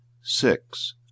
six